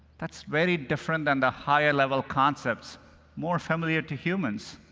that's very different than the higher level concepts more familiar to humans,